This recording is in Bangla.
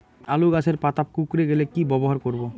আলুর গাছের পাতা কুকরে গেলে কি ব্যবহার করব?